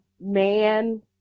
man